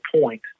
point